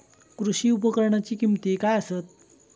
कृषी उपकरणाची किमती काय आसत?